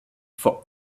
for